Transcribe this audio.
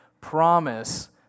promise